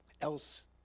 else